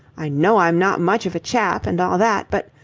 i know i'm not much of a chap and all that, but.